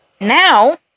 Now